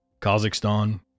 Kazakhstan